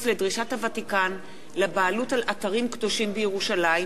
לדרישת הוותיקן לבעלות על אתרים קדושים בירושלים,